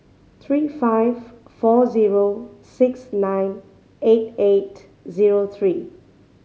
three five four zero six nine eight eight zero three